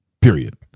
Period